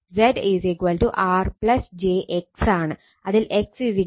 കാരണം Z R j X ആണ്